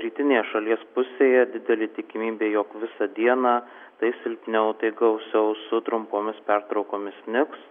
rytinėje šalies pusėje didelė tikimybė jog visą dieną tai silpniau tai gausiau su trumpomis pertraukomis snigs